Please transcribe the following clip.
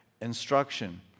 instruction